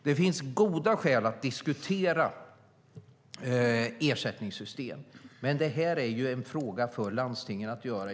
Det finns goda skäl att diskutera ersättningssystem, men det här är en fråga för landstingen.